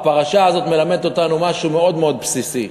הפרשה הזאת מלמדת אותנו משהו מאוד מאוד בסיסי.